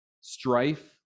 strife